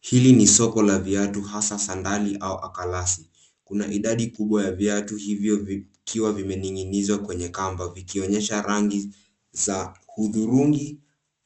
Hili ni soko la viatu, hasa sandali au akalasi . Kuna idadi kubwa ya viatu hivyo vikiwa vimening'inizwa kwenye kamba, vikionyesha rangi za hudhurungi